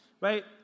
Right